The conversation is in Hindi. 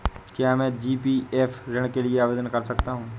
क्या मैं जी.पी.एफ ऋण के लिए आवेदन कर सकता हूँ?